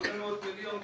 זה 800 מיליון כמעט.